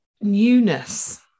newness